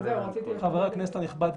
חבר הכנסת הנכבד,